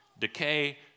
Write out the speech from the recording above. decay